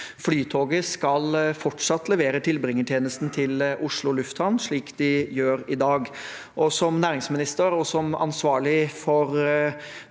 Flytoget skal fortsatt levere tilbringertjenesten til Oslo Lufthavn, slik de gjør i dag. Som næringsminister og som ansvarlig for